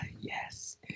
yes